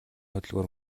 хөдөлгүүр